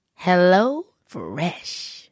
HelloFresh